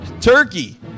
turkey